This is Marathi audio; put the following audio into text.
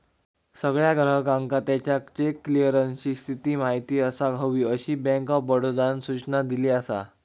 सगळ्या ग्राहकांका त्याच्या चेक क्लीअरन्सची स्थिती माहिती असाक हवी, अशी बँक ऑफ बडोदानं सूचना दिली असा